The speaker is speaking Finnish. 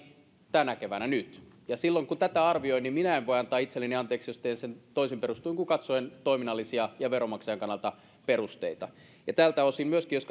tänä keväänä nyt silloin kun tätä arvioin minä en voi antaa itselleni anteeksi jos teen sen toisin perustein kuin katsoen toiminnallisia ja veronmaksajien kannalta olevia perusteita tältä osin myöskin jos